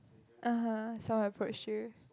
(uh huh) someone approached you